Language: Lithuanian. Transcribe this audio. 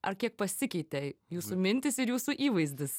ar kiek pasikeitė jūsų mintys ir jūsų įvaizdis